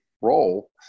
role